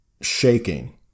shaking